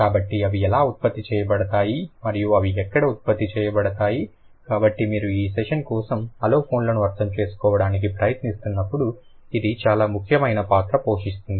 కాబట్టి అవి ఎలా ఉత్పత్తి చేయబడతాయి మరియు అవి ఎక్కడ ఉత్పత్తి చేయబడతాయి కాబట్టి మీరు ఈ సెషన్ కోసం అలోఫోన్లను అర్థం చేసుకోవడానికి ప్రయత్నిస్తున్నప్పుడు ఇది చాలా ముఖ్యమైన పాత్ర పోషిస్తుంది